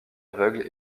aveugles